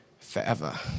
forever